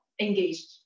engaged